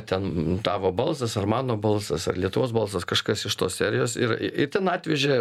ten tavo balsas ar mano balsas ar lietuvos balsas kažkas iš tos serijos ir ir ten atvežė